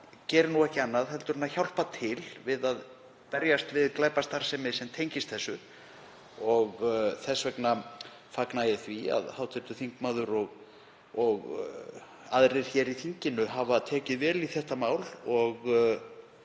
gerir ekki annað en að hjálpa til við að berjast við glæpastarfsemi sem tengist þessu. Þess vegna fagna ég því að hv. þingmaður og aðrir í þinginu hafi tekið vel í þetta mál og